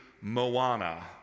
moana